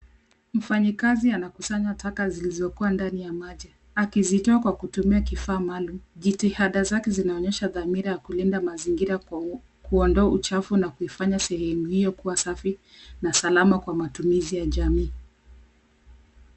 Mfanyikazi anakusanya taka zilizokua ndani ya maji. Akizitoa kwa kutumia kifaa maalumu. Jitihada zake zinaonyesha dhamira ya kulinda mazingira kwa kuondoa uchafu na kuifanya sehemu hio kua safi, na salama kwa matumizi ya jamii.